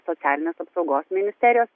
socialinės apsaugos ministerijos